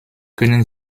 können